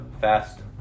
Fast